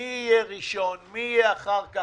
מי יהיה ראשון, מי יהיה אחר כך.